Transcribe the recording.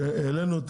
שינינו את